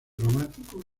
románico